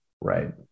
right